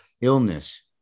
illness